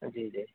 جی جی